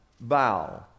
bow